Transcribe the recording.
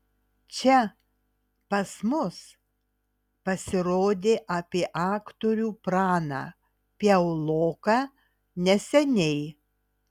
čia pas mus pasirodė apie aktorių praną piauloką neseniai